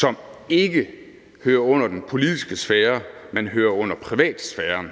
som ikke hører under den politiske sfære, men hører under privatsfæren,